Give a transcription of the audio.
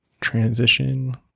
Transition